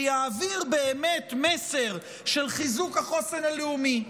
ויעביר באמת מסר של חיזוק החוסן הלאומי.